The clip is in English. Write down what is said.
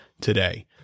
today